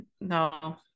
no